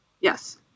Yes